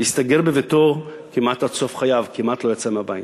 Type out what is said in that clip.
הסתגר בביתו כמעט עד סוף חייו, כמעט לא יצא מהבית.